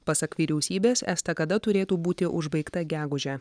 pasak vyriausybės estakada turėtų būti užbaigta gegužę